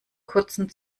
kurzen